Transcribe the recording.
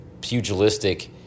pugilistic